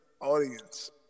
audience